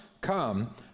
Come